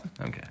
okay